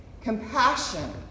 compassion